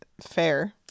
fair